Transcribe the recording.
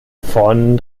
von